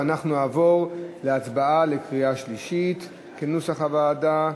אנחנו נעבור להצבעה בקריאה שלישית כנוסח הוועדה.